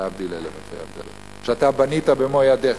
להבדיל אלף אלפי הבדלות, שאתה בנית במו ידיך.